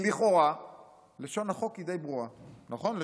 כי לכאורה לשון החוק היא די ברורה, נכון?